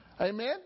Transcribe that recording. Amen